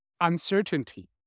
uncertainty